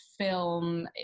film